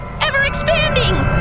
ever-expanding